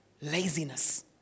Laziness